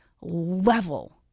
level